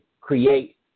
create